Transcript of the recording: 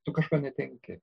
tu kažko netenki